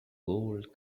gold